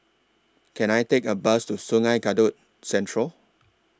Can I Take A Bus to Sungei Kadut Central